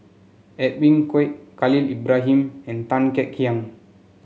Edwin Koek Khalil Ibrahim and Tan Kek Hiang